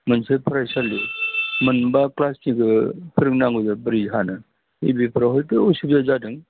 मोनसे फरायसालि मोनबा क्लासनिबो फोरोंनांगौबा बोरै हानो नै बेफोराव हयथ' असुबिदा जादों